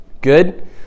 Good